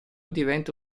diventa